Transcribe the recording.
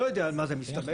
לא יודע על מה זה הסתמך.